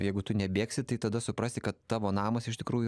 jeigu tu nebėgsi tai tada suprasi kad tavo namas iš tikrųjų